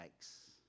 Yikes